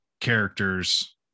characters